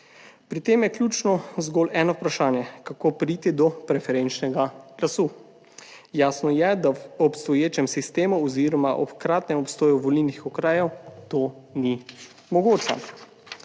Pri tem je ključno zgolj eno vprašanje, kako priti do preferenčnega glasu. Jasno je, da v obstoječem sistemu oziroma ob hkratnem obstoju volilnih okrajev to ni mogoče.